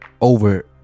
over